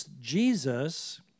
Jesus